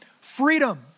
freedom